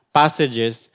passages